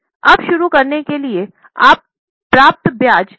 अब शुरू करने के लिए आप प्राप्त ब्याज के लिए कैसे रखते हैं